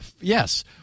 Yes